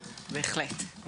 בהחלט.